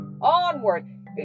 Onward